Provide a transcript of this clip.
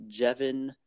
Jevin